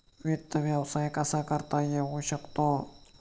वित्त व्यवसाय कसा करता येऊ शकतो?